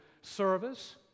service